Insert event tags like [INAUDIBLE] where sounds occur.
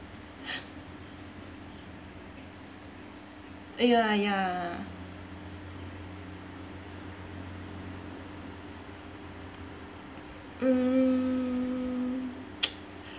[BREATH] ya ya mm [NOISE]